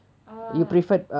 uh